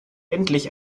endlich